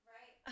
Right